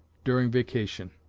during vacation.